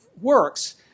works